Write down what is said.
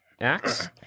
axe